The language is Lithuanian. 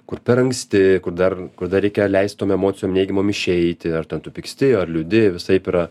kur per anksti kur dar kur dar reikia leist tom emocijom neigiamom išeiti ar ten tu pyksti ar liūdi visaip yra